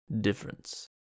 difference